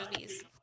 movies